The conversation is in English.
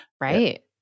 Right